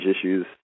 issues